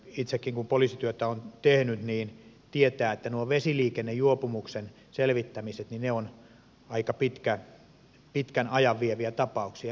itsekin kun poliisityötä olen tehnyt tiedän että nuo vesiliikennejuopumuksen selvittämiset ovat aika pitkän ajan vieviä tapauksia